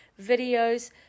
videos